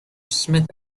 smith